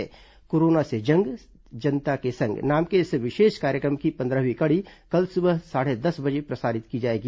corona से जंग जनता के संग नाम के इस विशेष कार्यक्रम की पंद्रहवीं कड़ी कल सुबह साढ़े दस बजे से प्रसारित की जाएगी